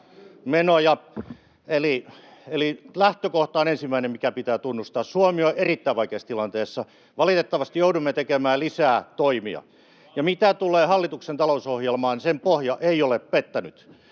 Eli lähtökohta on ensimmäinen, mikä pitää tunnustaa: Suomi on erittäin vaikeassa tilanteessa. Valitettavasti joudumme tekemään lisää toimia. Mitä tulee hallituksen talousohjelmaan, sen pohja ei ole pettänyt.